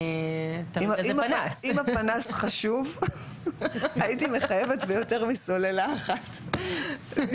אם הפנס חשוב, הייתי מחייבת ביותר מסוללה אחת.